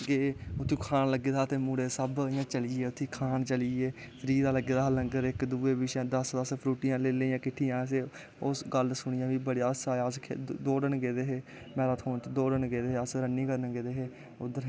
गे उत्थें खान लगे दा हा ते मुड़े सब चलिये उत्थें खान चलिये फ्री दा लग्गे दा हा लंगर इक पिच्छें दस दस फ्रूटियां लेई लेईयां असैं ओह् गल्ल सुनियैं बी बड़ा हास्सा आया अस दौड़न गेदे हे मैराथान च दौड़न गेदे हे अस रनिंग करन गेदे हे